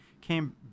came